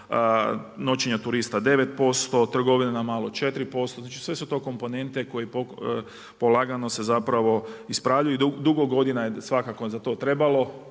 noćenja turista 9%, trgovina na malo 4% znači sve su to komponente koje se polagano ispravljaju. Dugo godina je za to trebalo,